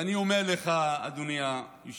ואני אומר לך, אדוני היושב-ראש,